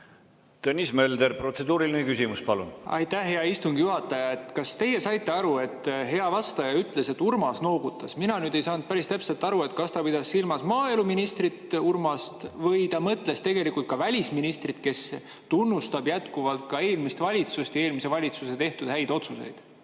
Tõnis Mölder, protseduuriline küsimus, palun! Aitäh, hea istungi juhataja! Kas teie saite aru, et hea vastaja ütles, et Urmas noogutas? Mina nüüd ei saanud päris täpselt aru, kas ta pidas silmas maaeluminister Urmast või ta mõtles tegelikult ka välisministrit, kes tunnustab jätkuvalt ka eelmist valitsust ja eelmise valitsuse